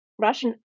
Russian